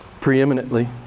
preeminently